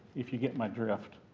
if you get my drift.